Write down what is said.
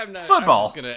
Football